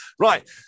right